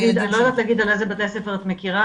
-- אני לא יודעת להגיד על איזה בתי ספר את מכירה,